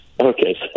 Okay